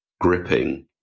gripping